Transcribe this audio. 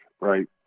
right